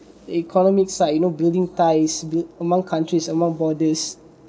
economic site you know building ties build among countries among borders